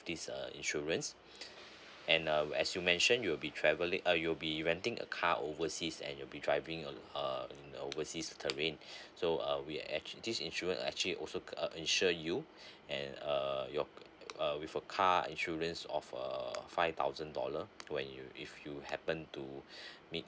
this uh insurance and uh we as you mention you'll be travelling uh you'll be renting a car overseas and you'll be driving uh uh overseas terrain so uh we actually this insurance actually also uh insure you and err your with a car insurance of err five thousand dollar when you if you happen to me